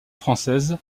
française